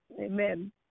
Amen